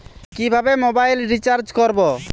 কিভাবে mobile recharge করব?